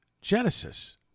Genesis